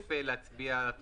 שעדיף להצביע על התוספת.